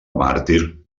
màrtir